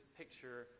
picture